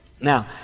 Now